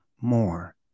more